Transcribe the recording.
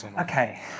Okay